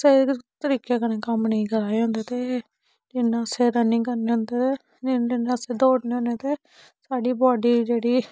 जेह्ड़े तरीके कन्नै कम्म निं करा दे होंदे ते रनिंग जेह्ड़ा अस दौड़ने होन्ने ते साढ़ी बाडी जेह्ड़ी